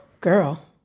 Girl